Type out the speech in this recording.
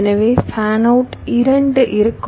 எனவே fan out இரண்டு இருக்கும்